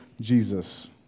Jesus